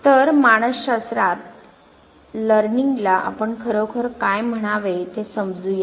तर मानस शास्त्रात शिकण्याला आपण खरोखर काय म्हणावे ते समजू या